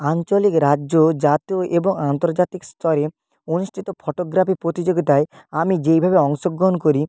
আঞ্চলিক রাজ্য জাতীয় এবং আন্তর্জাতিক স্তরে অনুষ্ঠিত ফটোগ্রাফি প্রতিযোগিতায় আমি যেইভাবে অংশগ্রহণ করি